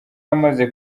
amaze